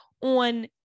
on